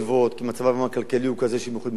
כי מצבם הכלכלי הוא כזה שהם יכולים לא לגבות